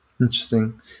Interesting